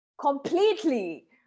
completely